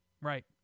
Right